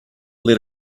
let